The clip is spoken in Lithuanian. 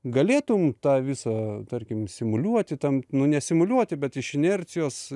galėtum tą visą tarkim simuliuoti ten nu nesimuliuoti bet iš inercijos